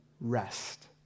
rest